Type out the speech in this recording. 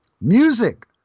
Music